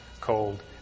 cold